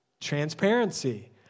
Transparency